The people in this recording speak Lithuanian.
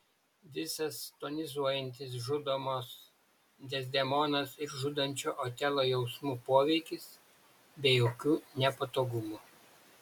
visas tonizuojantis žudomos dezdemonos ir žudančio otelo jausmų poveikis be jokių nepatogumų